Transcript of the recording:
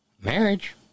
Marriage